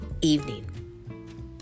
evening